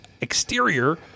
exterior